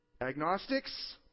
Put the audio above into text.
agnostics